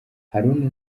haruna